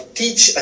teach